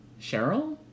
Cheryl